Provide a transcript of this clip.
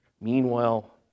Meanwhile